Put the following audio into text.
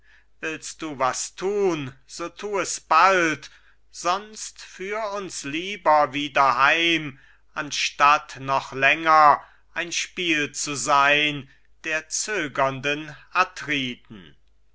willst du was thun so thu es bald sonst führ uns lieber wieder heim anstatt noch länger ein spiel zu sein der zögernden